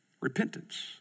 repentance